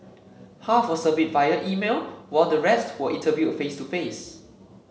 half were surveyed via email while the rest were interviewed face to face